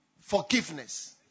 forgiveness